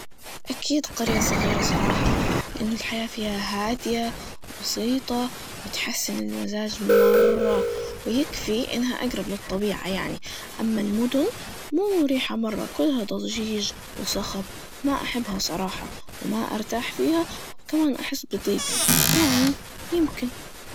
أكيد قرية صغيرة صراحة, لأن الحياة فيها هادية, وبسيطة, وتحسن المزاج مررررة, ويكفي إنها أقرب للطبيعة يعني, أما المدن مو مريحة مرة, كلها ضجيج وصخب, ما أحبها صراحة, وما أرتاح فيها, وكمان أحس بضيق, يعني يمكن.